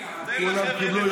תן לחבר'ה לדבר קצת.